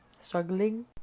struggling